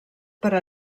per